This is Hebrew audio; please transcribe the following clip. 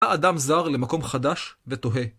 אדם זר למקום חדש' ותוהה.